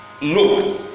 No